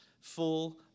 full